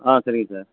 ஆ சரிங்க சார்